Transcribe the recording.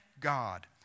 God